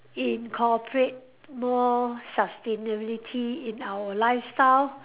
incorporate more sustainability in our lifestyle